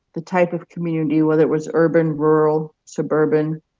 the type of community, whether it was urban, rural, suburban,